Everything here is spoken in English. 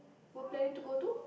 we're planning to go to